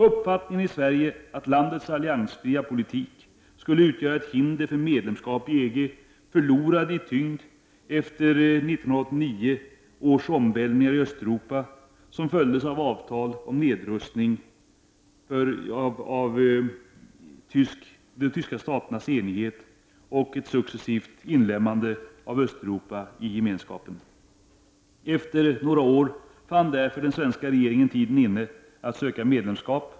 Uppfattningen i Sverige att landets alliansfria politik skulle utgöra ett hinder för medlemskap i EG förlorade i tyngd efter 1989 års omvälvningar i Östeuropa, som följdes av avtal om nedrustning, de tyska staternas enande och ett successivt inlemmande av Östeuropa i Gemenskapen. Efter några år fann därför den svenska regeringen tiden inne att söka medlemskap.